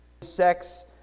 Sex